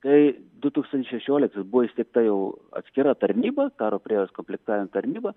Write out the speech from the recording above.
tai du tūkstančiai šešioliktais buvo įsteigta jau atskira tarnyba karo prievolės komplektavimo tarnyba